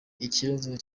ikibazo